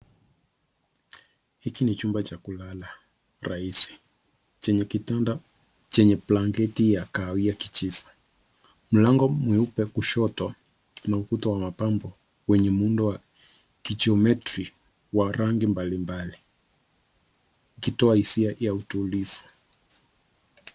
Hiki ni chumba cha kulala rahisi chenye kitanda chenye blanketi ya kahawia kijivu. Mlango mweupe kushoto kuna ukuta wa mapambo wenye muundo wa kijiometri wa rangi mbalimbali ikitoa hisia ya utulivu.